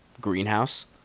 Greenhouse